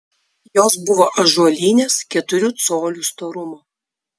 jos buvo ąžuolinės keturių colių storumo